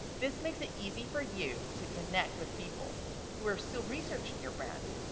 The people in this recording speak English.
this makes it easy for you to connect with people who are still researching your brand,